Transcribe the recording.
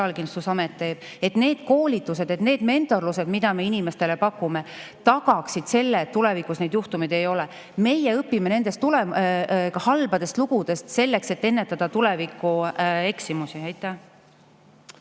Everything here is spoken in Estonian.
need koolitused, need mentorlused, mida me inimestele pakume, tagaksid selle, et tulevikus niisuguseid juhtumeid ei ole. Meie õpime nendest halbadest lugudest selleks, et ennetada tulevikueksimusi.